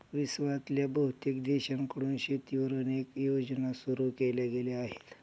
विश्वातल्या बहुतेक देशांकडून शेतीवर अनेक योजना सुरू केल्या गेल्या आहेत